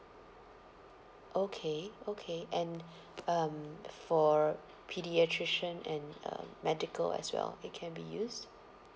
okay okay and um for pediatrician and um medical as well it can be used